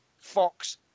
Fox